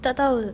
tak tahu